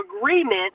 agreement